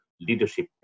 leadership